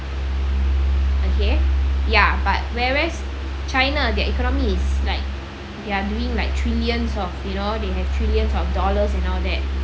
okay ya but whereas china their economy is like they're doing like trillion of you know they have trillion of dollars and all that